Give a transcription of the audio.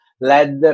led